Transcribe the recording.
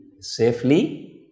safely